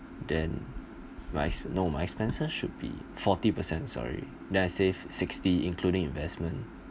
then my no my expenses should be forty per cent sorry then I save sixty including investment